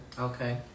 Okay